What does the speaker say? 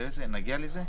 נגיע לזה?